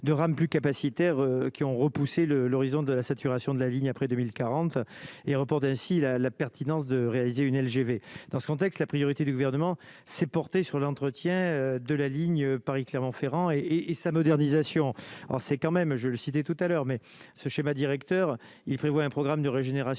de 2 rames plus capacitaire qui ont repoussé le, l'horizon de la saturation de la ligne après 2040 et remporte ainsi la la pertinence de réaliser une LGV dans ce contexte, la priorité du gouvernement s'est porté sur l'entretien de la ligne Paris-Clermont-Ferrand et et sa modernisation, on sait quand même, je le citais tout à l'heure mais ce schéma directeur, il prévoit un programme de régénération